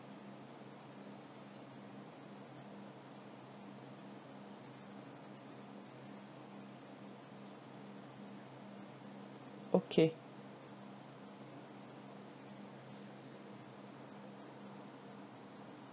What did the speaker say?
okay